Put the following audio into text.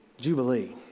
Jubilee